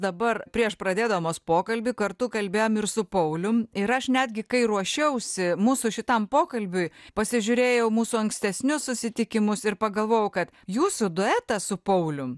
dabar prieš pradėdamos pokalbį kartu kalbėjom ir su paulium ir aš netgi kai ruošiausi mūsų šitam pokalbiui pasižiūrėjau mūsų ankstesnius susitikimus ir pagalvojau kad jūsų duetą su paulium